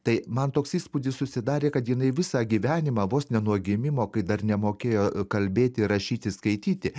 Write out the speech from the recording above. tai man toks įspūdis susidarė kad jinai visą gyvenimą vos ne nuo gimimo kai dar nemokėjo kalbėti rašyti skaityti